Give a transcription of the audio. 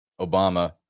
Obama